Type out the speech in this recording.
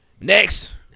Next